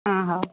ହଁ ହଉ